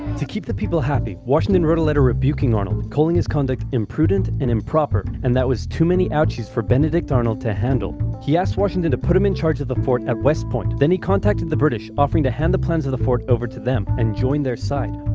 to keep the people happy, washington wrote a letter rebuking arnold, calling his conduct imprudent and improper, and that was too many ouchies for benedict arnold to handle. he asked washington to put him in charge of the fort at west point, then he contacted the british, offering to hand the plans of the fort over to them and join their side.